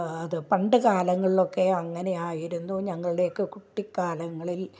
അത് പണ്ട് കാലങ്ങളിലൊക്കെ അങ്ങനെ ആയിരുന്നു ഞങ്ങളുടെ ഒക്കെ കുട്ടിക്കാലങ്ങളിൽ